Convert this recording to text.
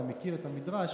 אתה מכיר את המדרש,